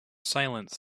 silence